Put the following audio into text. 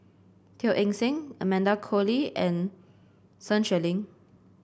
Teo Eng Seng Amanda Koe Lee and Sun Xueling